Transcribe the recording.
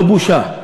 לא בושה.